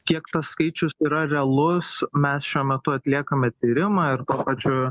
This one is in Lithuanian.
kiek tas skaičius yra realus mes šiuo metu atliekame tyrimą ir tuo pačiu